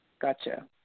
gotcha